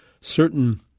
certain